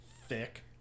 Thick